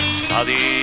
study